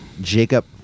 Jacob